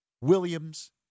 Williams